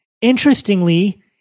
interestingly